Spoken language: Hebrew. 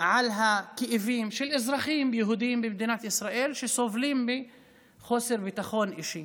על הכאבים של אזרחים יהודים במדינת ישראל שסובלים מחוסר ביטחון אישי,